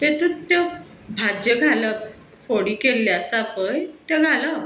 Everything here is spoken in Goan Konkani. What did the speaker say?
तेतूत त्यो भाज्यो घालप फोडी केल्ल्यो आसा पळय त्यो घालप